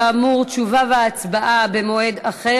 כאמור, תשובה והצבעה במועד אחר.